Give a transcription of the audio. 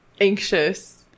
anxious